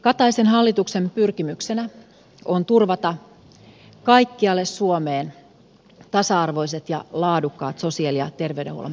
kataisen hallituksen pyrkimyksenä on turvata kaikkialle suomeen tasa arvoiset ja laadukkaat sosiaali ja terveydenhuollon palvelut